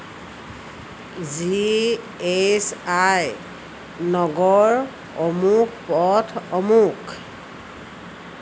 G H I নগৰ অমুক পথ অমুক